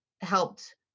helped